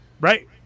Right